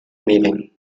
miden